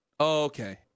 Okay